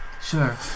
Sure